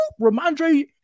Ramondre